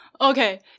Okay